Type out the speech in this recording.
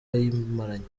ayimaranye